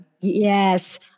Yes